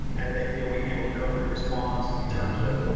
how did they feel we handled covid response in terms of,